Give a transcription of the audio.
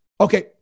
Okay